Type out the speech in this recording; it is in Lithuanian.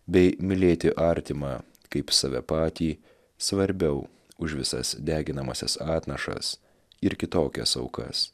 bei mylėti artimą kaip save patį svarbiau už visas deginamąsias atnašas ir kitokias aukas